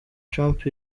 trump